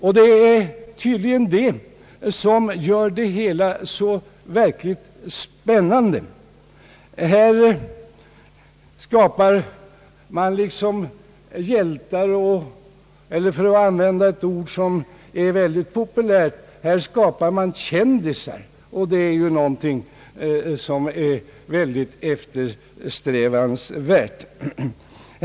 Och det är tydligen detta som gör det hela så spännande. Här skapar man hjältar eller — för att använda ett ord som är mycket populärt — kändisar, och det är ju någonting synnerligen eftersträvansvärt.